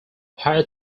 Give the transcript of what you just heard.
higher